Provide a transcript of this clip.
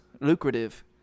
lucrative